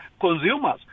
consumers